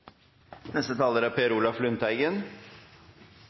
Neste taler er